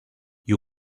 you